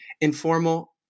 Informal